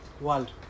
world